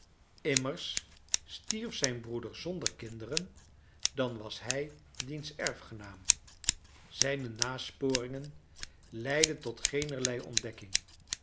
immers stierf zijn broeder zonder kinderen dan was hij diens erfgenaam zijne nasporingen leidden tot geenerlei ontdekking